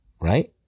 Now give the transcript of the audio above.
right